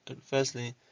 firstly